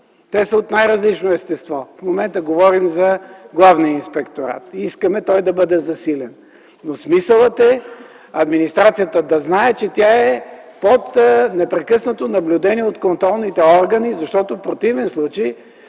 Те са от най-различно естество. В момента говорим за Главния инспекторат и искаме той да бъде засилен. Смисълът е администрацията да знае, че тя е под непрекъснато наблюдение от контролните органи, защото в противен случай